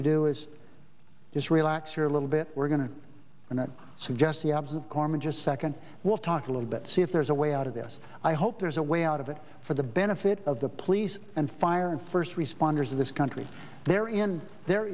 to do is just relax your little bit we're going to and i'd suggest the opposite corman just second we'll talk a little bit see if there's a way out of this i hope there's a way out of it for the benefit of the police and fire and first responders of this country they're in the